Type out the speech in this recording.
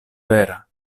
vera